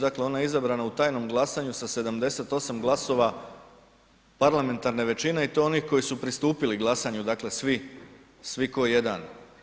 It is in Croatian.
Dakle ona je izabrana u tajnom glasanju sa 78 glasova parlamentarne većine i to onih koji su pristupili glasanju, dakle svi kao jedan.